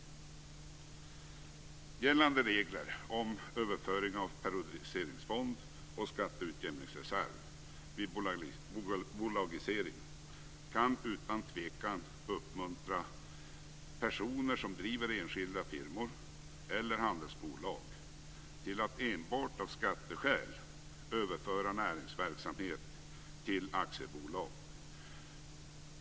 Gällande regler om överföring av periodiseringsfond och skatteutjämningsreserv vid bolagisering kan utan tvekan uppmuntra personer som driver enskilda firmor eller handelsbolag till att enbart av skatteskäl överföra näringsverksamhet till aktiebolag.